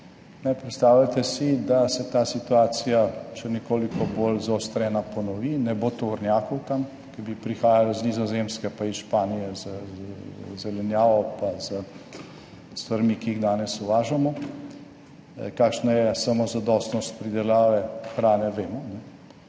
Predstavljajte si, da se ta situacija še nekoliko bolj zaostrena ponovi, ne bo tovornjakov tam, ki bi prihajali iz Nizozemske pa iz Španije z zelenjavo, pa s stvarmi, ki jih danes uvažamo. Kakšna je samozadostnost pridelave hrane, vemo.